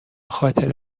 خاطر